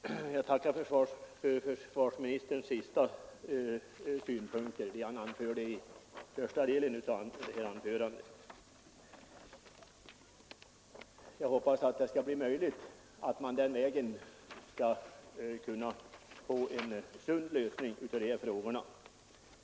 Herr talman! Jag tackar försvarsministern för de synpunkter han anförde i första delen av sitt senaste inlägg. Jag hoppas att det skall bli möjligt att den vägen få en sund lösning av problemen.